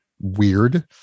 weird